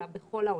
אלא בכל העולם,